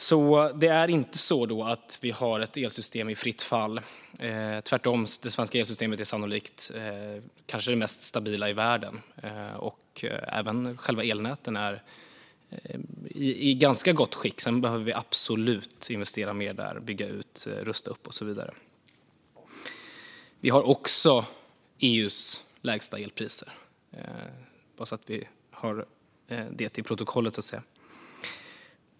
Vi har alltså inte ett elsystem i fritt fall - tvärtom. Det svenska elsystemet är sannolikt det kanske mest stabila i världen. Även själva elnäten är i ganska gott skick. Sedan behöver vi absolut investera mer där, bygga ut, rusta upp och så vidare. Vi har också EU:s lägsta elpriser, bara så att vi för det till protokollet.